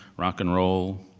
rock and roll.